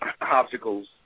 obstacles